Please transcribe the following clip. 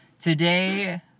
Today